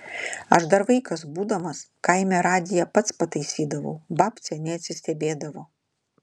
aš dar vaikas būdamas kaime radiją pats pataisydavau babcė neatsistebėdavo